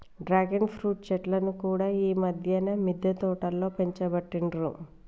dragon fruit చెట్లను కూడా ఈ మధ్యన మిద్దె తోటలో పెంచబట్టిండ్రు